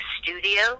studio